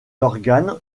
organes